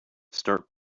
start